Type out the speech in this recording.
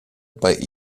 bei